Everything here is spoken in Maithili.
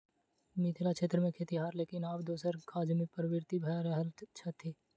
मिथिला क्षेत्र मे खेतिहर लोकनि आब दोसर काजमे प्रवृत्त भ रहल छथि